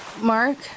Mark